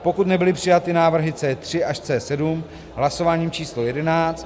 pokud nebyly přijaty návrhy C3 až C7 hlasováním č. jedenáct